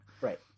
right